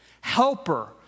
Helper